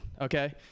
Okay